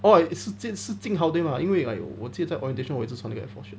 oh 是是 jing hao 对吗因为 like 我记得在 orientation 一直穿那个 air force shirt